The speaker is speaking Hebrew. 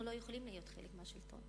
אנחנו לא יכולים להיות חלק מהשלטון,